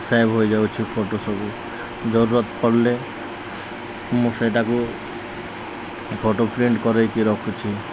save ହୋଇଯାଉଛି photo ସବୁ ଜରୁରତ ପଡ଼ିଲେ ମୁଁ ସେଇଟାକୁ ଫଟୋ ପ୍ରିଣ୍ଟ କରେଇକି ରଖୁଛି